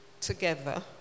together